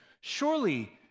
Surely